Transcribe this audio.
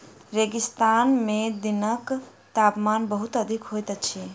रेगिस्तान में दिनक तापमान बहुत अधिक होइत अछि